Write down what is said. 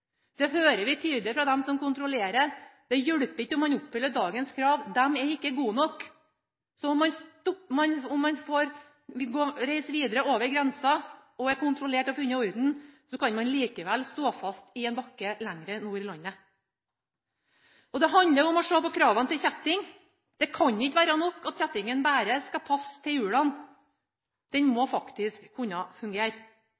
Det hører vi tydelig fra dem som kontrollerer – det hjelper ikke om man oppfyller dagens krav, de er ikke gode nok. Så om man reiser videre over grensa og er kontrollert og funnet i orden, kan man likevel stå fast i en bakke lenger nord i landet. Og det handler om å se på kravene til kjetting. Det kan ikke være nok at kjettingen bare skal passe til hjulene; den